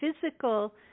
physical